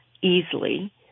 easily